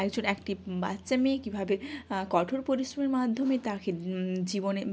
একজন একটি বাচ্চা মেয়ে কীভাবে কঠোর পরিশ্রমের মাধ্যমে তাকে জীবনে